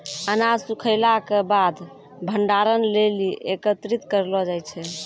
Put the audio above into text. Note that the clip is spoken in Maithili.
अनाज सूखैला क बाद भंडारण लेलि एकत्रित करलो जाय छै?